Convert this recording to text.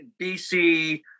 BC